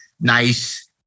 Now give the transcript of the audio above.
nice